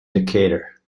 decatur